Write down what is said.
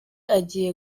agiye